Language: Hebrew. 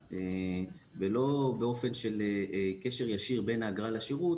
ולא באופן של קשר ישיר בין האגרה לשירות,